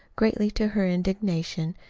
greatly to her indignation,